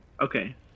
Okay